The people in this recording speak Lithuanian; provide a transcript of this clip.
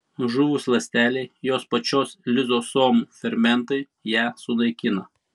žuvus ląstelei jos pačios lizosomų fermentai ją sunaikina